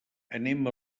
anem